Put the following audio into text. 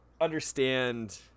understand